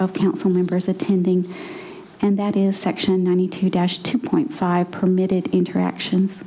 of council members attending and that is section ninety two dash two point five permitted interactions